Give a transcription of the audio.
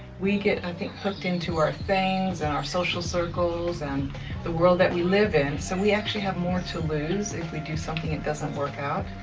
we get, i think, hooked into our things and our social circles and the world that we live in, so we actually have more to lose if we do something that doesn't work out.